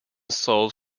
sold